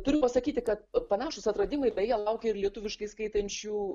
turiu pasakyti kad panašūs atradimai beje laukia ir lietuviškai skaitančių